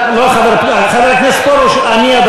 חברי הכנסת, נושא אחרון שאני רוצה